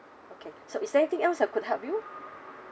okay so is there anything else I could help you